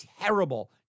terrible